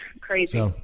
Crazy